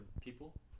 people